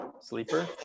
Sleeper